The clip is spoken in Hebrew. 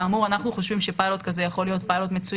כאמור אנו חושבים שפילוט כזה יכול להיות מצוין